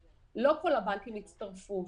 לא כל הבנקים הצטרפו,